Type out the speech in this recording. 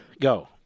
Go